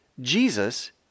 Jesus